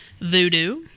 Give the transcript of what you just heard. Voodoo